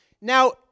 Now